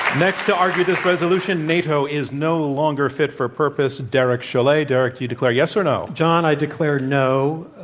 next to argue this resolution nato is no longer fit for purpose derek chollet. derek, do you declare yes or no? john, i declare no.